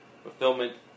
Fulfillment